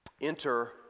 Enter